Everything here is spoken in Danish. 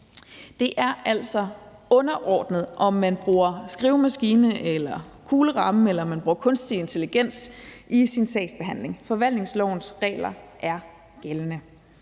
Det er altså underordnet, om man bruger skrivemaskine, kugleramme eller kunstig intelligens i sin sagsbehandling; forvaltningslovens regler er gældende.